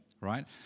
right